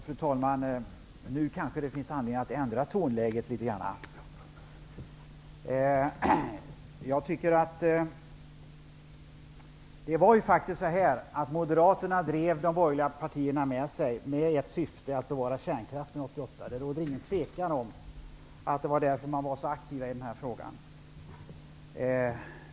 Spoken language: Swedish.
Fru talman! Nu kanske det finns anledning att ändra tonläget litet grand. År 1988 drev faktiskt Moderaterna de borgerliga partierna med sig i syfte att kärnkraften skulle bevaras. Det råder inget tvivel om att det var därför som man var så aktiv i den här frågan.